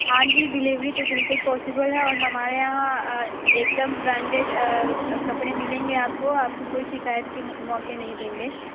हाँ जी डिलीवरी तो बिल्कुल पॉसिबल है और हमारे यहाँ एकदम ब्रांडेड कपड़े मिलेंगे आपको आपको कोईं शिकायत के मौके मौके नहीं देंगे